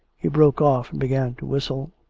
he broke off and began to whistle.